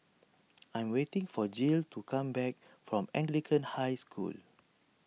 I am waiting for Jill to come back from Anglican High School